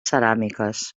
ceràmiques